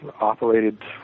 operated